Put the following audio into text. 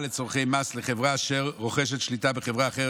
לצורכי מס לחברה אשר רוכשת שליטה בחברה אחרת,